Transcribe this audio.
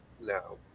No